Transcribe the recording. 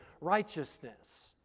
righteousness